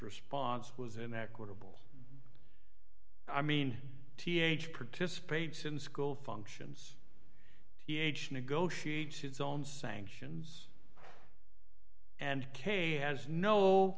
response was an equitable i mean th participates in school functions negotiate its own sanctions and k has no